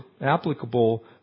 applicable